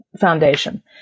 foundation